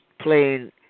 playing